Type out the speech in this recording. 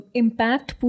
impact